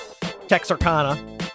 Texarkana